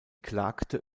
klagte